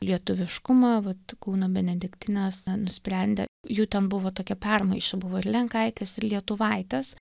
lietuviškumą vat kauno benediktinės nusprendė jų ten buvo tokia permaiša buvo ir lenkaitės ir lietuvaitės